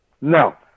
No